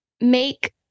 make